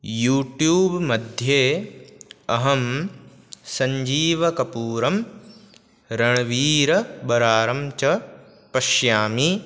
YouTube मध्ये अहं सञ्जीवकपूरं रणवीरबरारं च पश्यामि